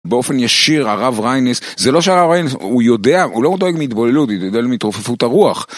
באופן ישיר, הרב ריינס, זה לא שהרב ריינס, הוא יודע, הוא לא מודאג מתבוללות, הוא מודאג מתרופפות הרוח.